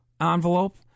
envelope